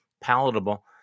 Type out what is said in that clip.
palatable